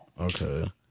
Okay